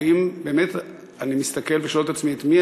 ואם באמת אני מסתכל ושואל את עצמי מי